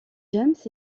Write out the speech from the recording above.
james